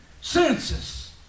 census